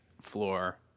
floor